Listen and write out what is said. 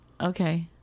Okay